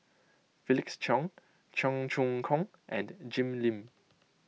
Felix Cheong Cheong Choong Kong and Jim Lim